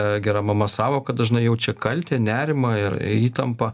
gera mama sąvoką dažnai jaučia kaltę nerimą ir įtampą